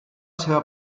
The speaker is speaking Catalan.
seva